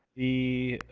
the